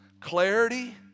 clarity